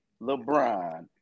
LeBron